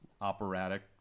operatic